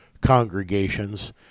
congregations